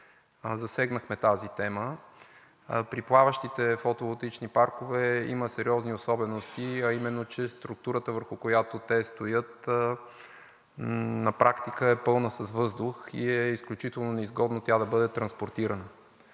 засегнахме тази тема. При плаващите фотоволтаични паркове има сериозни особености, а именно, че структурата, върху която те стоят, на практика е пълна с въздух и е изключително неизгодно тя да бъде транспортирана.